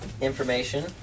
information